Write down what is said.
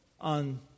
on